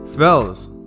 Fellas